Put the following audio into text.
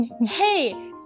hey